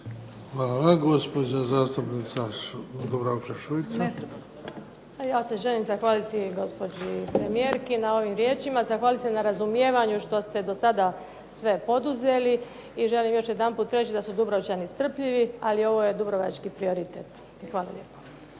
Dubravka Šuica. **Šuica, Dubravka (HDZ)** A ja se želim zahvaliti gospođi premijerki na ovim riječima, zahvaliti se na razumijevanju što ste do sada sve poduzeli. I želim još jedanput reći da su Dubrovčani strpljivi, ali ovo je dubrovački prioritet. Hvala lijepo.